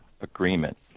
agreement